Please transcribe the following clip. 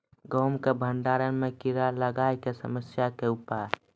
गेहूँ के भंडारण मे कीड़ा लागय के समस्या के उपाय?